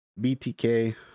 BTK